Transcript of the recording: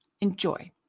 Enjoy